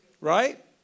Right